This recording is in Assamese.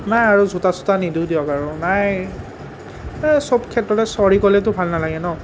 নাই আৰু জোতা চোতা নিদিওঁ দিয়ক আৰু নাইয়েই চব ক্ষেত্ৰতে ছ'ৰী ক'লেতো ভাল নালাগে ন